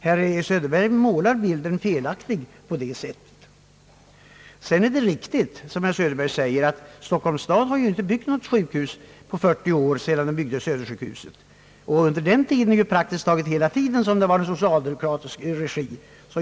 Herr Söderberg målar här en felaktig bild av förhållandena. Det är riktigt, som herr Söderberg säger, att Stockholms stad inte har byggt något akutsjukhus på 40 år, sedan Södersjukhuset byggdes. Under den perioden har vi praktiskt taget hela tiden haft socialdemokratisk regi.